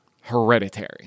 hereditary